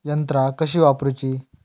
यंत्रा कशी वापरूची?